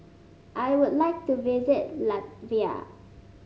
I would like to visit Latvia